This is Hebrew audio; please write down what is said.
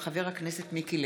מאת חברי הכנסת ע'דיר